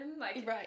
Right